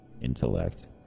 Intellect